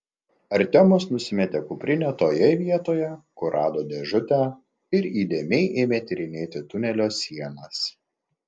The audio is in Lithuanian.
artiomas nusimetė kuprinę toje vietoje kur rado dėžutę ir įdėmiai ėmė tyrinėti tunelio sienas